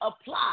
apply